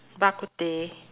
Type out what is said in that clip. bak kut teh